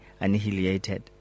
annihilated